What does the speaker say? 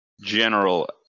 general